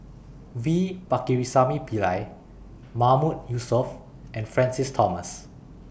V Pakirisamy Pillai Mahmood Yusof and Francis Thomas